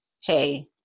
Hey